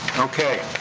okay.